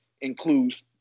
includes